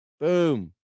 Boom